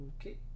Okay